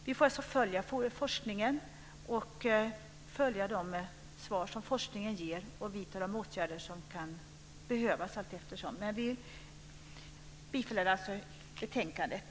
Vi får alltså följa forskningen, se de svar som forskningen ger och vidta de åtgärder som kan behövas allteftersom. Vi yrkar alltså bifall till förslaget i betänkandet.